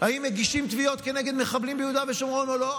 האם מגישים תביעות כנגד מחבלים ביהודה ושומרון או לא?